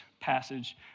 passage